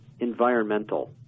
environmental